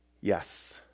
Yes